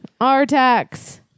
artax